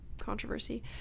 controversy